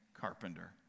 carpenter